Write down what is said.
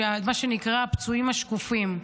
מה שנקרא הפצועים השקופים,